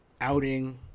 outing